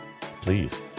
Please